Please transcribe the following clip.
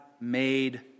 made